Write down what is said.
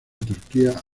turquía